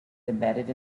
embedded